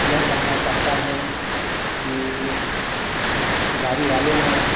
यह कहना चाहता हूँ कि गाड़ी वाले ने